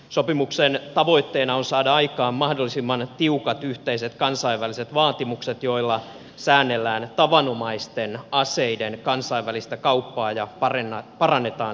sopimuksen tavoitteena on saada aikaan mahdollisimman tiukat yhteiset kansainväliset vaatimukset joilla säännellään tavanomaisten aseiden kansainvälistä kauppaa ja parannetaan sen sääntelyä